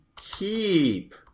Keep